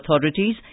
authorities